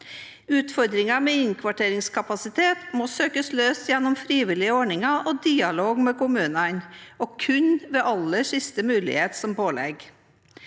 Utfordringen med innkvarteringskapasitet må søkes løst gjennom frivillige ordninger og dialog med kommunene, og kun ved aller siste mulighet som pålegg.